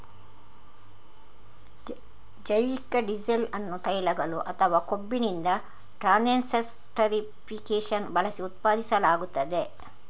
ಜೈವಿಕ ಡೀಸೆಲ್ ಅನ್ನು ತೈಲಗಳು ಅಥವಾ ಕೊಬ್ಬಿನಿಂದ ಟ್ರಾನ್ಸ್ಸೆಸ್ಟರಿಫಿಕೇಶನ್ ಬಳಸಿ ಉತ್ಪಾದಿಸಲಾಗುತ್ತದೆ